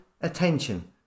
attention